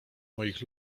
moich